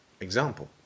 Example